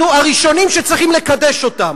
אנחנו הראשונים שצריכים לקדש אותן.